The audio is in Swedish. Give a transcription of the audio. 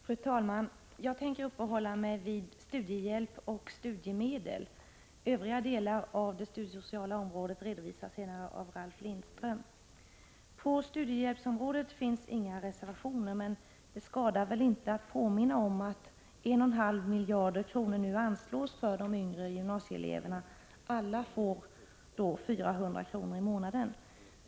Fru talman! Jag tänker uppehålla mig vid studiehjälp och studiemedel. Övriga delar av det studiesociala området redovisas senare av Ralf Lindström. På studiehjälpsområdet finns inga reservationer. Det skadar dock inte att påminna om att 1,5 miljarder kronor nu anslås för de yngre gymnasieelever na, alla får 400 kr. i månaden.